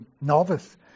novice